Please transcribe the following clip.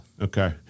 Okay